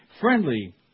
Friendly